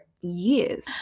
years